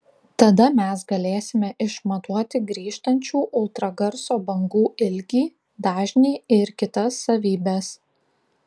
tada mes galėsime išmatuoti grįžtančių ultragarso bangų ilgį dažnį ir kitas savybes